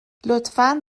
لطفا